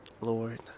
lord